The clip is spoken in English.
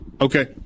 Okay